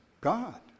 God